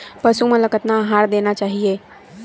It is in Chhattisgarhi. पशु मन ला कतना आहार देना चाही?